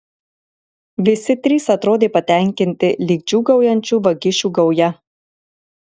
visi trys atrodė patenkinti lyg džiūgaujančių vagišių gauja